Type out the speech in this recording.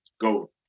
go